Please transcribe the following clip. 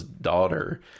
daughter